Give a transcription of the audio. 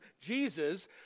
Jesus